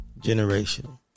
generational